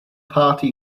party